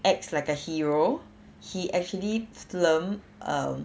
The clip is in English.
acts like a hero he actually film um